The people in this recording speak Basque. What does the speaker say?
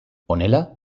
honela